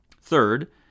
Third